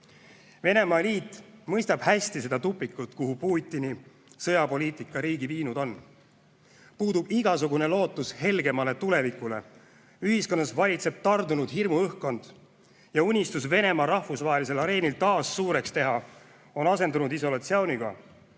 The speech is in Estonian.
Venemaa eliit mõistab hästi tupikut, kuhu Putini sõjapoliitika riigi viinud on. Puudub igasugune lootus helgemale tulevikule. Ühiskonnas valitseb tardunud hirmuõhkkond. Ja unistus Venemaa rahvusvahelisel areenil taas suureks teha on asendunud isolatsiooniga,